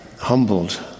humbled